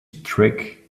streak